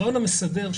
הרעיון המסדר,